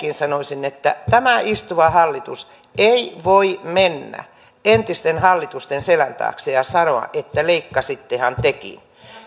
sanoisin että tämä istuva hallitus ei voi mennä entisten hallitusten selän taakse ja sanoa että leikkasittehan tekin